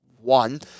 one